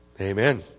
Amen